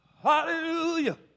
Hallelujah